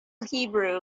hebrew